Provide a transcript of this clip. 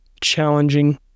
challenging